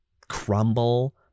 crumble